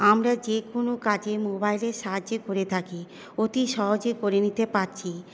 আমরা যে কোনো কাজে মোবাইলের সাহায্যে করে থাকি অতি সহজে করে নিতে পারছি